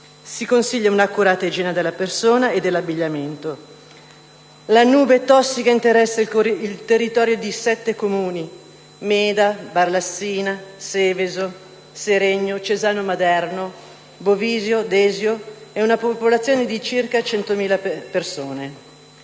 si consiglia un'accurata igiene della persona e dell'abbigliamento. La nube tossica interessa il territorio di sette comuni (Meda, Barlassina, Seveso, Seregno, Cesano Maderno, Bovisio, Desio) e una popolazione di circa 100.000 persone.